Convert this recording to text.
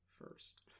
first